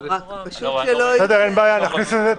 אין בעיה, נכניס את זה.